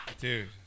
Dude